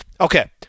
Okay